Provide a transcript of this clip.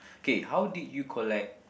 okay how did you collect